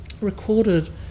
recorded